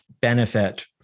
benefit